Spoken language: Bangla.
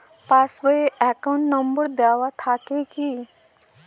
পাস বই এ অ্যাকাউন্ট নম্বর দেওয়া থাকে কি?